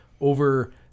over